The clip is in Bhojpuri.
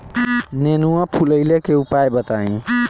नेनुआ फुलईले के उपाय बताईं?